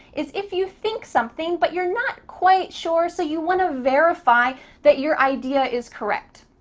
is if you think something, but you're not quite sure, so you want to verify that your idea is correct.